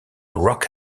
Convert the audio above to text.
rock